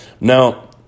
Now